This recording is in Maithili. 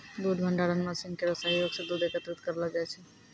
दूध भंडारण मसीन केरो सहयोग सें दूध एकत्रित करलो जाय छै